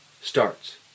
starts